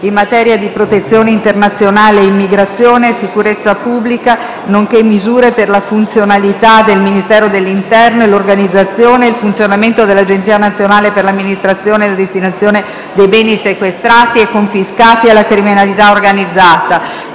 in materia di protezione internazionale e immigrazione, sicurezza pubblica, nonché misure per la funzionalità del Ministero dell'interno e l'organizzazione e il funzionamento dell'Agenzia nazionale per l'amministrazione e la destinazione dei beni sequestrati e confiscati alla criminalità organizzata»